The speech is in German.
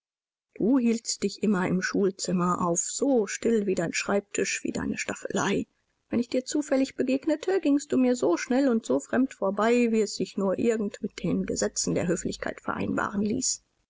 du hieltst dich immer im schulzimmer auf so still wie dein schreibtisch wie deine staffelei wenn ich dir zufällig begegnete gingst du mir so schnell und so fremd vorbei wie es sich nur irgend mit den gesetzen der höflichkeit vereinbaren ließ